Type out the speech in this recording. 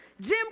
Jim